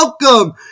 welcome